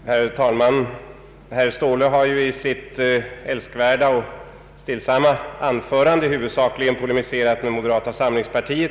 Herr talman! Herr Ståhle har i sitt älskvärda och stillsamma anförande huvudsakligen polemiserat med moderata samlingspartiet.